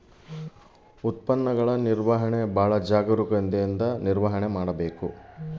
ಉತ್ಪನ್ನಗಳ ನಿರ್ವಹಣೆ ಹೇಗೆ ಮಾಡಬೇಕು?